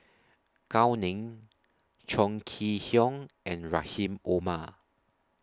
Gao Ning Chong Kee Hiong and Rahim Omar